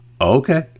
Okay